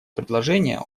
предложение